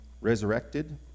resurrected